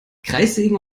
kreissägen